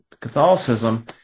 Catholicism